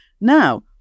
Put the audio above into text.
Now